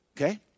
Okay